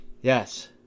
Yes